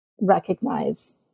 recognize